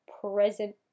present